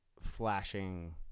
flashing